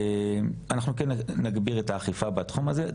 אנחנו כן נגביר את האכיפה בתחום הזה.